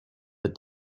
but